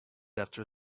after